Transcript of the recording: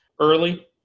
early